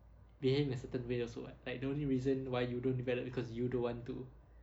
behaving a certain way also [what] like the only reason why you don't develop because you don't want to